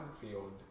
field